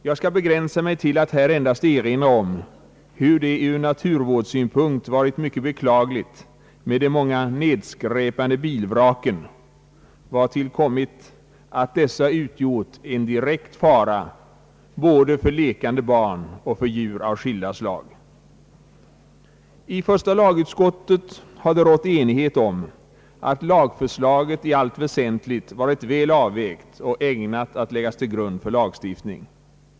Jag skall begränsa mig till att här endast erinra om att det ur naturvårdssynpunkt har varit mycket beklagligt med de många nedskräpande bilvraken, vartill har kommit att dessa utgjort en direkt fara för både lekande barn och djur av skilda slag. I första lagutskottet har det rått enighet om att lagförslaget i allt väsentligt har varit väl avvägt och ägnat att läggas till grund för lagstiftning.